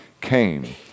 came